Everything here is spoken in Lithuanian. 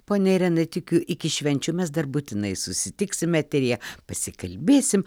ponia irena tikiu iki švenčių mes dar būtinai susitiksim eteryje pasikalbėsim